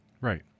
Right